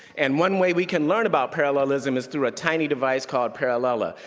and one way we can learn about parallelism is through a tiny device called parallella.